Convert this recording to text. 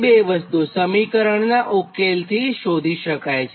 બીજી બે વસ્તુ સમીકરણનાં ઉકેલથી શોધી શકાય